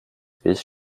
bist